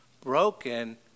broken